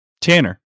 Tanner